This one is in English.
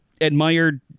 admired